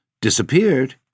Disappeared